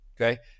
okay